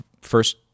first